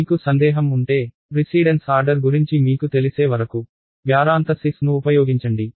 మీకు సందేహం ఉంటే ప్రిసీడెన్స్ ఆర్డర్ గురించి మీకు తెలిసే వరకు ప్యారాంథసిస్ ను ఉపయోగించండి